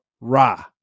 Ra